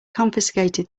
confiscated